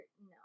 No